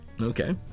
Okay